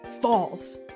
falls